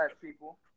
people